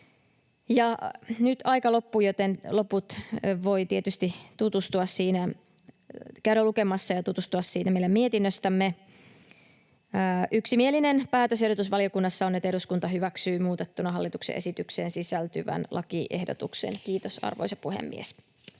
nyt aika loppuu, joten loput voi tietysti käydä lukemassa siitä meidän mietinnöstämme. Yksimielinen päätösehdotus valiokunnassa on, että eduskunta hyväksyy muutettuna hallituksen esitykseen sisältyvän lakiehdotuksen. — Kiitos, arvoisa puhemies.